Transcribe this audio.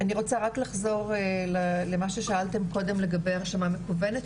אני רק רוצה לחזור למה ששאלתם מקודם לגבי הכוונה מקוונת,